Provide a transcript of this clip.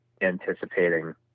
anticipating